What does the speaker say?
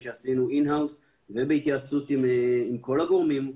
שעשינו in-house ובהתייעצות עם כל הגורמים.